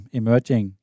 emerging